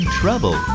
trouble